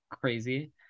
crazy